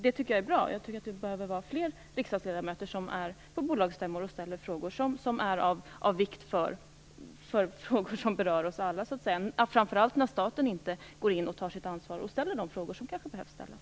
Det tycker jag var bra, och jag tycker att fler riksdagsledamöter borde besöka bolagsstämmor och ställa frågor som är av vikt och som berör oss alla - framför allt eftersom staten inte går in, tar sitt ansvar och ställer de frågor som kanske behöver ställas.